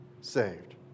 saved